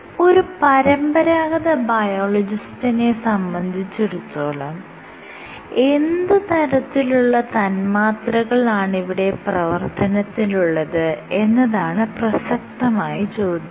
ഒരു പരമ്പരാഗത ബയോളജിസ്റിനെ സംബന്ധിച്ചിടത്തോളം എന്ത് തരത്തിലുള്ള തന്മാത്രകളാണിവിടെ പ്രവർത്തനത്തിലുള്ളത് എന്നതാണ് പ്രസക്തമായ ചോദ്യം